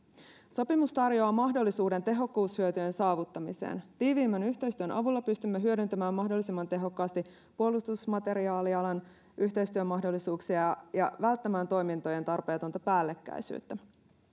sopimus tarjoaa mahdollisuuden tehokkuushyötyjen saavuttamiseen tiiviimmän yhteistyön avulla pystymme hyödyntämään mahdollisimman tehokkaasti puolustusmateriaalialan yhteistyömahdollisuuksia ja ja välttämään toimintojen tarpeetonta päällekkäisyyttä